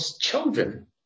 children